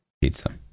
Pizza